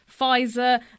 Pfizer